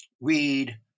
read